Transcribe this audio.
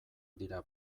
dira